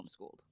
homeschooled